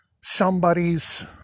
somebody's